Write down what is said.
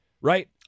right